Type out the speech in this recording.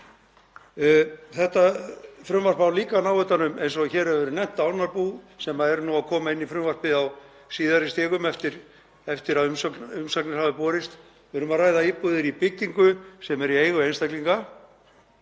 Þetta frumvarp á líka að ná utan um, eins og hér hefur verið nefnt, dánarbú, þau eru nú að koma inn í frumvarpið á síðari stigum eftir að umsagnir bárust. Við erum að ræða íbúðir í byggingu sem er í eigu einstaklinga